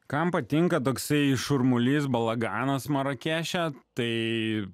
kam patinka toksai šurmulys balaganas marakeše tai